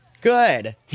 Good